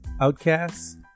Outcasts